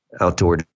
outdoor